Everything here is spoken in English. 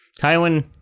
Tywin